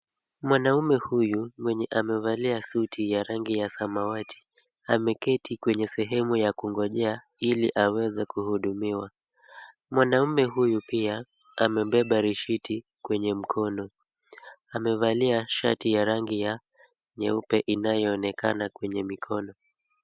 Mwanaume huyu mwenye amevalia suti ya rangi ya samawati ,ameketi kwenye sehemu ya kungojea ili aweze kuhudumiwa. Mwanaume huyu pia amebeba risiti kwenye mkono, amevalia shati ya rangi ya nyeupe inayoonekana kwenye mkono.